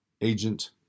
agent